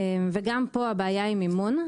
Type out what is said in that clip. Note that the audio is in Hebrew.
גם פה הבעיה היא מימון,